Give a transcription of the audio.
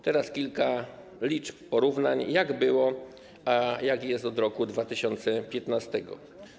Teraz kilka liczb, porównań, jak było, a jak jest od roku 2015.